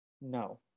No